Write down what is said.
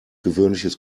gewöhnliches